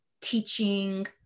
teaching